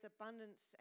abundance